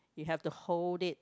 you have to hold it